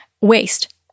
waste